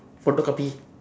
photocopy